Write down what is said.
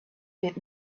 bit